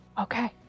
Okay